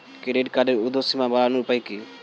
Credit কার্ডের উর্ধ্বসীমা বাড়ানোর উপায় কি?